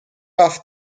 off